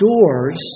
doors